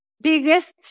biggest